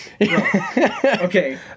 okay